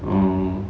oh